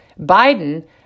Biden